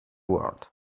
world